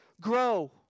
grow